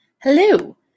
Hello